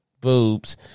boobs